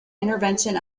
intervention